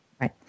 Right